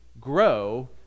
grow